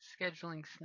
scheduling